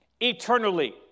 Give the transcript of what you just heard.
eternally